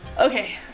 Okay